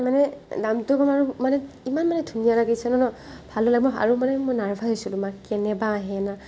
মানে দামটো নহয় আৰু মানে ইমান মানে ধুনীয়া লাগিছিলে ন' ভাল মানে আৰু মানে মই নাৰ্ভাছ হৈছিলোঁ মানে কেনেবা আহে ন'